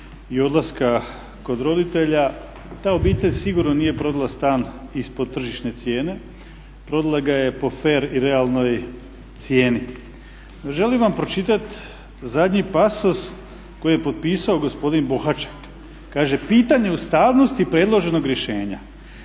i odlaska kod roditelja. Ta obitelj sigurno nije prodala stan ispod tržišne cijene, prodala ga je po fer i realnoj cijeni. Želim vam pročitat zadnji pasus koji je potpisao gospodin Bohaček. Kaže pitanje ustavnosti predloženog rješenja.